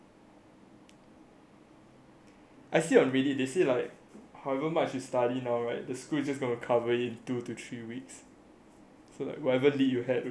I see on Reddit they say like however much you study right the school's just gonna cover it in two to three weeks so like whatever leave you had to be like gone two to three weeks